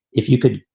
if you could.